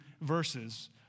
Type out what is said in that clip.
verses